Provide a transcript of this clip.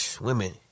women